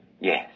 Yes